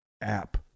App